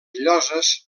lloses